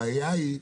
הבעיה היא ששוב,